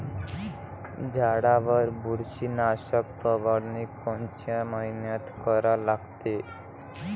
झाडावर बुरशीनाशक फवारनी कोनच्या मइन्यात करा लागते?